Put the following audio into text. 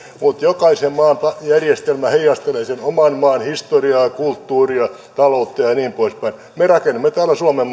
mutta jokaisen maan järjestelmä heijastelee sen oman maan historiaa kulttuuria taloutta ja niin poispäin me rakennamme täällä suomen